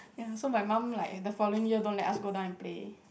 ya so my mum like the following year don't let us go down and play